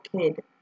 kid